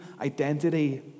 identity